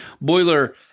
Boiler